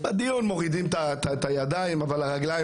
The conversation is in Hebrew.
בדיון מורידים את הכבילה בידיים אבל הרגליים